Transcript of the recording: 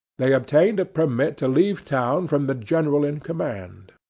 they obtained a permit to leave town from the general in command.